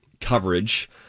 coverage